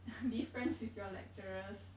be friends with your lecturers